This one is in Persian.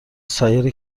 سایر